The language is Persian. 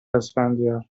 اسفندیار